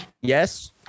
Yes